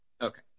Okay